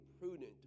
prudent